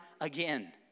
again